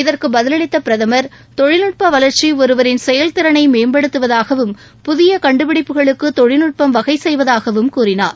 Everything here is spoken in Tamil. இதற்குபதிலளித்தபிரதமர் தொழில்நுட்பவளர்ச்சிஒருவரின் செயல்திறனைமேம்படுத்துவதாகவும் புதியகண்டுபிடிப்புகளுக்குதொழில்நுட்பம் வகைசெய்வதாகவும் கூறினார்